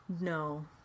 No